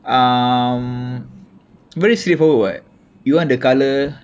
um very straightforward [what] you want the colour